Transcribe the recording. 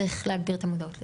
צריך להגביר את המודעות לזה.